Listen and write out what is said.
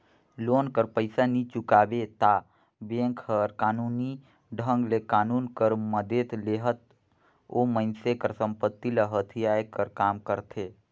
loan कर पइसा नी चुकाबे ता बेंक हर कानूनी ढंग ले कानून कर मदेत लेहत ओ मइनसे कर संपत्ति ल हथियाए कर काम करथे